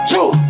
Two